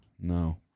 no